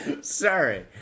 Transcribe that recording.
Sorry